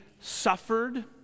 suffered